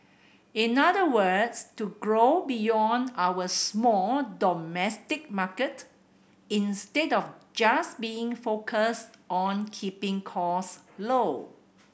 in other words to grow beyond our small domestic market instead of just being focused on keeping costs low